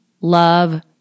love